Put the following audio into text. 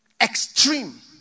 Extreme